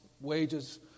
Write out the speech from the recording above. wages